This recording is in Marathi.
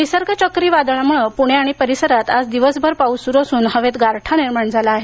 निसर्ग चाक्रीवादलामुळं पुणे आणि परिसरात आज दिवसभर पाउस सुरू असुन हवेत गारठा निर्माण झाला आहे